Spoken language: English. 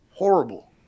Horrible